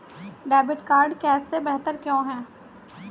Debit card cash से बेहतर क्यों है?